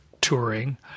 touring